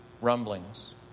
rumblings